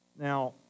Now